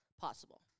possible